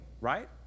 right